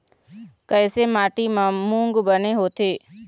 कइसे माटी म मूंग बने होथे?